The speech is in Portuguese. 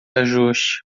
ajuste